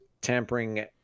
tampering